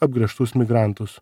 apgręžtus migrantus